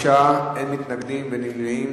בעד, 5, אין מתנגדים ואין נמנעים.